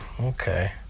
Okay